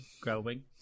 Growing